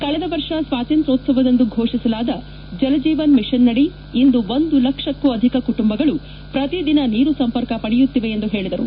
ಕಳೆದ ವರ್ಷ ಸ್ವಾತಂತ್ರ್ಯೋತ್ಸವದಂದು ಘೋಷಿಸಲಾದ ಜಲ್ ಜೀವನ್ ಮಿಷನ್ನಡಿ ಇಂದು ಒಂದು ಲಕ್ಷಕ್ಕೂ ಅಧಿಕ ಕುಟುಂಬಗಳು ಪ್ರತಿದಿನ ನೀರು ಸಂಪರ್ಕ ಪಡೆಯುತ್ತಿವೆ ಎಂದು ಹೇಳಿದರು